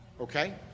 okay